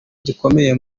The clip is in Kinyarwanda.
gikomeye